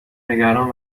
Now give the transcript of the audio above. نگران